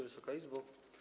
Wysoka Izbo!